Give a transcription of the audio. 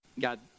God